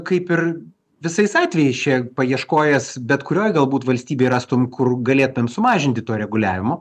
kaip ir visais atvejais čia paieškojęs bet kurioj galbūt valstybėj rastum kur galėtum sumažinti to reguliavimo